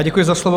Děkuji za slovo.